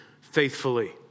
faithfully